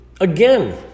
Again